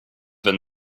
than